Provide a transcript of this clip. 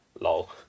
Lol